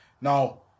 Now